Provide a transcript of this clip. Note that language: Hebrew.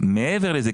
מעבר לזה.